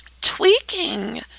tweaking